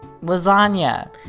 lasagna